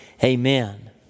Amen